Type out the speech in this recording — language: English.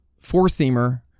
four-seamer